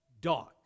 Dog